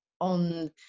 on